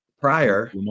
Prior